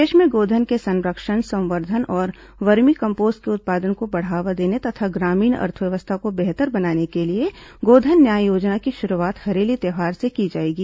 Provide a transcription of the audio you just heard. प्रदेश में गोधन के संरक्षण संवर्धन और वर्मी कम्पोस्ट के उत्पादन को बढ़ावा देने तथा ग्रामीण अर्थव्यवस्था को बेहतर बनाने के लिए गोधन न्याय योजना की शुरूआत हरेली त्यौहार से की जाएगी